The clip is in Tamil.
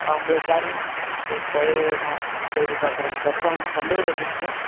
நான் உங்களுக்காக வந்து போயி நான் தேடி பார்க்கறேங்க சார் சார் உங்கள் சொந்த ஊர் எதுங்க சார்